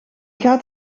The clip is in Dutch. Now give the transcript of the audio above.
gaat